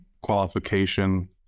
qualification